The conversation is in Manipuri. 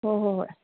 ꯍꯣ ꯍꯣ ꯍꯣꯏ